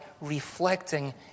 reflecting